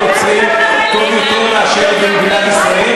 לנוצרים טוב יותר מאשר במדינת ישראל?